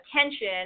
attention